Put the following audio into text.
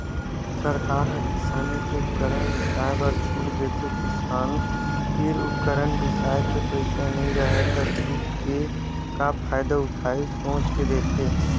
सरकार ह किसानी के उपकरन बिसाए बर छूट देथे किसान तीर उपकरन बिसाए के पइसा नइ राहय त छूट के का फायदा उठाही सोच के देथे